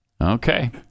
Okay